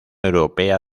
europea